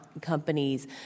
companies